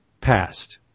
past